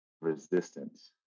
resistance